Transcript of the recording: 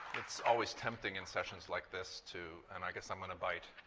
it's always tempting in sessions like this to and i guess i'm going to bite,